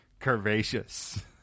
curvaceous